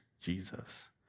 Jesus